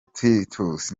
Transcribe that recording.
titus